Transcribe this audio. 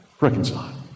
Reconcile